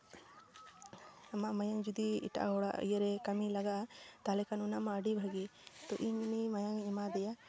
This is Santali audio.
ᱟᱢᱟᱜ ᱢᱟᱭᱟᱢ ᱡᱩᱫᱤ ᱮᱴᱟᱜ ᱦᱚᱲᱟᱜ ᱤᱭᱟᱹᱨᱮ ᱠᱟᱹᱢᱤ ᱨᱮ ᱞᱟᱜᱟᱜᱼᱟ ᱛᱟᱦᱚᱞᱮ ᱠᱷᱟᱱ ᱚᱱᱟᱢᱟ ᱟᱹᱰᱤ ᱵᱷᱟᱹᱜᱤ ᱛᱚ ᱤᱧ ᱩᱱᱤ ᱢᱟᱭᱟᱢᱤᱧ ᱮᱢᱟᱫᱮᱭᱟ